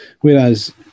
Whereas